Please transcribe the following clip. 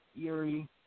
Erie